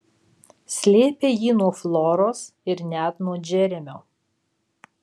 slėpė jį nuo floros ir net nuo džeremio